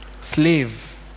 slave